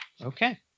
Okay